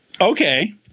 okay